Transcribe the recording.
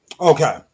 Okay